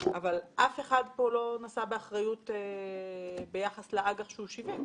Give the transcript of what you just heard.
כאשר אף אחד לא נשא פה באחריות ביחס לאג"ח שהוא שיווק,